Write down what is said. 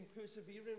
persevering